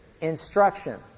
instruction